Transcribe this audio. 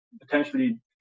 potentially